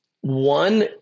one